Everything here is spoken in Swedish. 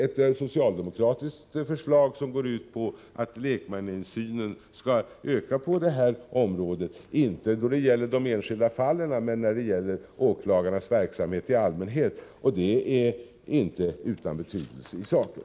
Ett socialdemokratiskt förslag som går ut på att lekmannainsynen skall öka på området, inte då det gäller de enskilda fallen men när det gäller åklagarnas verksamhet i allmänhet, är inte utan betydelse i saken.